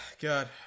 God